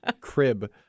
crib